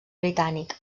britànic